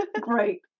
Great